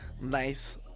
nice